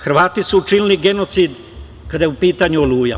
Hrvati su učinili genocid kad je u pitanju „Oluja“